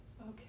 okay